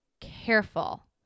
careful